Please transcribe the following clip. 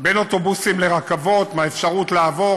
בין אוטובוסים לרכבות, מהאפשרות לעבור.